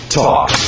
talk